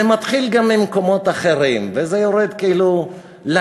זה מתחיל במקומות אחרים וזה יורד לכביש,